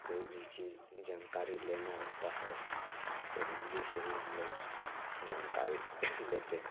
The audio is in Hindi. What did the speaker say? कोई भी चीज जानकारी लेना रहता है तो हिन्दी से ही हम लोग जानकारी लेते हैं